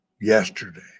yesterday